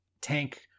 tank